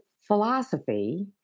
philosophy